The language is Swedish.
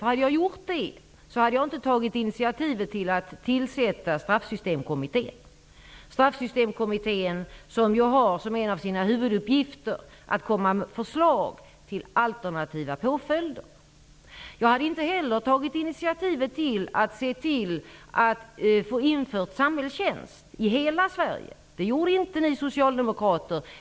Hade jag gjort det, hade jag inte tagit initiativ till att tillsätta Straffsystemkommittén, som ju har som en av sina huvuduppgifter att komma med förslag till alternativa påföljder. Jag hade inte heller tagit initiativ till att se till att få samhällstjänst införd i hela Sverige. Detta gjorde inte ni socialdemokrater.